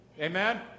Amen